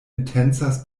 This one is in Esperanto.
intencas